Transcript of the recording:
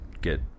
get